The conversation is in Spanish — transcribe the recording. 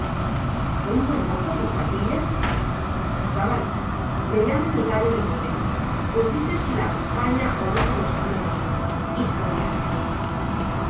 un buen mozo con patillas cabal le llaman el gallo de mote pues dicen si la acompaña o no por los caminos historias